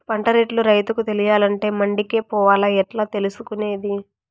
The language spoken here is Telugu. పంట రేట్లు రైతుకు తెలియాలంటే మండి కే పోవాలా? ఎట్లా తెలుసుకొనేది?